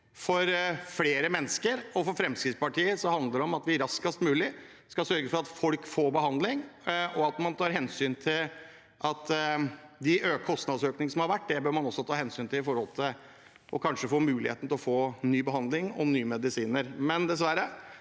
for flere mennesker. For Fremskrittspartiet handler det om at vi raskest mulig skal sørge for at folk får behandling, og at man tar hensyn til de kostnadsøkningene som har vært. Det bør man også ta hensyn til med tanke på at folk kanskje får muligheten til å få ny behandling og nye medisiner.